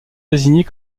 désignées